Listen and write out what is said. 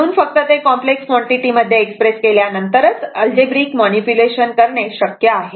म्हणून फक्त ते कॉम्प्लेक्स क्वांटिटी मध्ये एक्सप्रेस केल्यानंतरच अल्जेब्रिक मॅनिप्युलेशन शक्य आहे